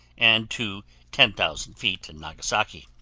and to ten thousand feet in nagasaki.